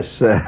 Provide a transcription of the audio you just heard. yes